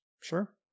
Sure